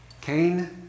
Cain